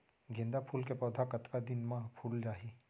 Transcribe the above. गेंदा फूल के पौधा कतका दिन मा फुल जाही?